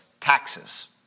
taxes